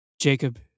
jacob